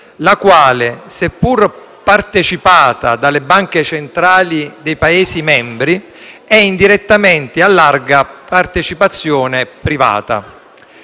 la quale, seppur partecipata dalle banche centrali dei Paesi membri, è indirettamente a larga partecipazione privata.